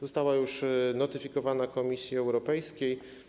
Została już notyfikowana Komisji Europejskiej.